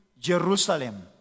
Jerusalem